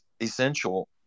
essential